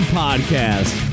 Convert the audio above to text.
podcast